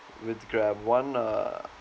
with grab one uh